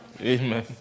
Amen